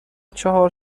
چهار